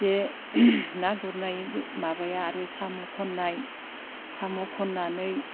बे ना गुरनाय माबाया आरो साम' खननाय साम' खननानै